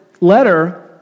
letter